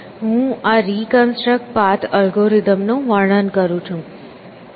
હું આ reconstruct path એલ્ગોરિધમનું વર્ણન કરું છું